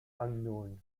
unknown